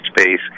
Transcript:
space